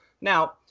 Now